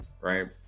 right